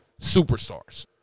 superstars